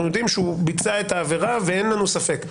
יודעים שהוא ביצע את העבירה ואין לנו ספק,